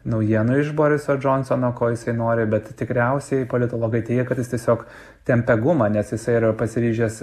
naujienų iš boriso džonsono ko jisai nori bet tikriausiai politologai teigia kad jis tiesiog tempia gumą nes jisai yra pasiryžęs